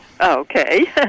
Okay